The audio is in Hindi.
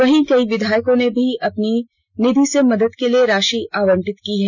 वहीं कई विधायकों ने भी अपने निधि से मदद के लिए राषि आवंटित की है